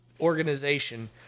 organization